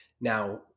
Now